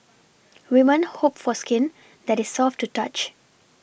women hope for skin that is soft to touch